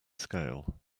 scale